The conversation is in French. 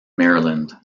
maryland